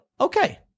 Okay